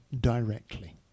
directly